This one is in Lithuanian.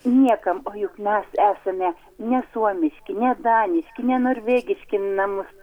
niekam o juk mes esame ne suomiški ne daniški ne norvegiški namus